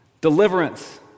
deliverance